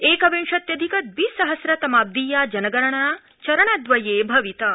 एकविंशत्यधिक दविसहस्रतमाब्दीया जनगणना चरणदवये भविता